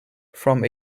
from